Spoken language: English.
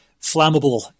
flammable